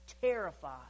Terrified